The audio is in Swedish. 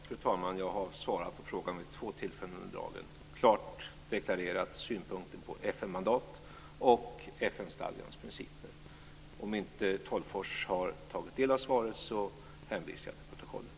Fru talman! Jag har svarat på frågan vid två tillfällen under dagen. Jag har klart deklarerat synpunkten på FN-mandat och FN-stadgans principer. Om inte Tolgfors har tagit del av svaret hänvisar jag till protokollet.